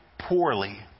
poorly